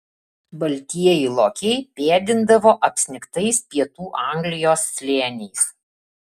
baltieji lokiai pėdindavo apsnigtais pietų anglijos slėniais